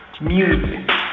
music